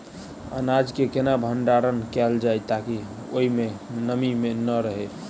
अनाज केँ केना भण्डारण कैल जाए ताकि ओई मै नमी नै रहै?